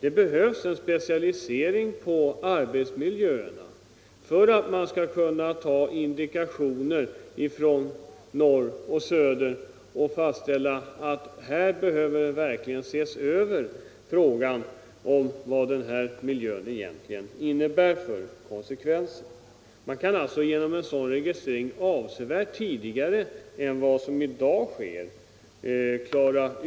En sådan specialisering behövs för att man skall kunna ta indikationer från norr och söder och fastställa att här behöver det verkligen ses över vad den och den miljön egentligen innebär. En sådan registrering ger möjlighet att ingripa avsevärt tidigare än vad som kan ske i dag.